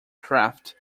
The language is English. craft